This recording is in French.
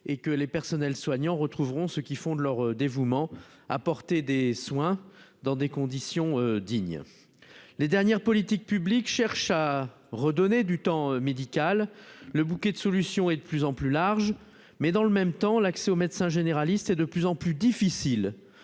et que les personnels soignants retrouveront ce qui font de leur dévouement, apporter des soins dans des conditions dignes les dernières politiques publiques cherche à redonner du temps médical, le bouquet de solutions et de plus en plus large, mais dans le même temps l'accès aux médecins généralistes et de plus en plus difficile